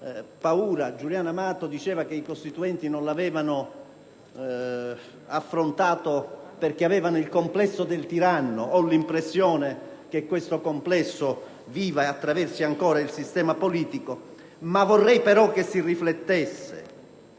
paura: Giuliano Amato diceva che i Costituenti non l'avevano affrontato perché avevano il complesso del tiranno; ho l'impressione che questo complesso viva e attraversi ancora il sistema politico. Vorrei però che si riflettesse